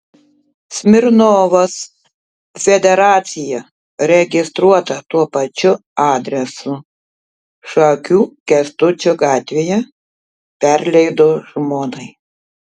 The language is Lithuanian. smirnovas federaciją registruotą tuo pačiu adresu šakių kęstučio gatvėje perleido žmonai